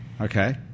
Okay